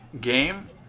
game